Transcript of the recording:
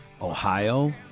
Ohio